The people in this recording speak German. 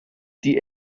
die